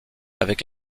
avec